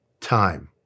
time